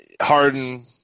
Harden